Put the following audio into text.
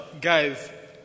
guys